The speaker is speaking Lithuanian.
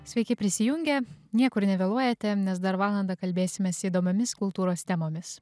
sveiki prisijungę niekur nevėluojate nes dar valandą kalbėsimės įdomiomis kultūros temomis